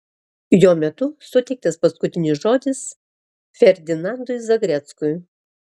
jo metu suteiktas paskutinis žodis ferdinandui zagreckui